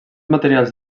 materials